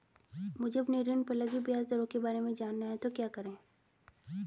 मुझे अपने ऋण पर लगी ब्याज दरों के बारे में जानना है तो क्या करें?